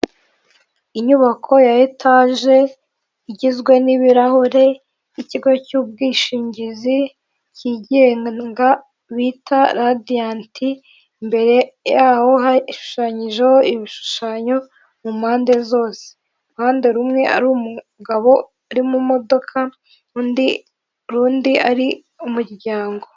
Inyubako ya etaje igizwe n'ibirahure y'ikigo cy'ubwishingizi cyigenga bita radiyanti imbere yaho hashushanyijeho ibishushanyo mu mpande zose, uruhande rumwe hari umugabo uri mu modoka undi urundi ari umuryango.